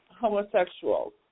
homosexuals